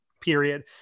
period